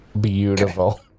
Beautiful